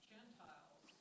Gentiles